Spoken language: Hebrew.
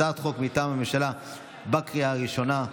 הצעת חוק מטעם הממשלה לקריאה ראשונה,